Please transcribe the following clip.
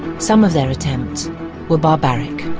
some of their attempts were barbaric.